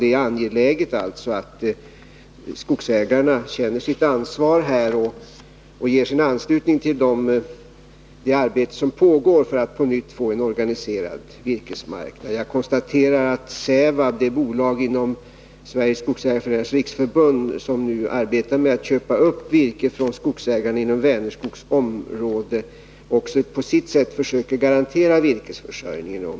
Det är angeläget att skogsägarna känner sitt ansvar och ansluter sig till det arbete som pågår i syfte att på nytt få till stånd en organiserad virkesmarknad. Jag konstaterar att Sävab, det bolag inom Sveriges skogsägareföreningars riksförbund som nu arbetar med att köpa upp virke från skogsägarna inom Vänerskogs område, också på sitt sätt försöker garantera virkesförsörjningen.